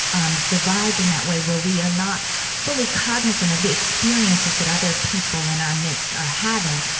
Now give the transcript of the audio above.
um, divides in that way, where we are not fully cognizant of the experiences that other people in our midst are having.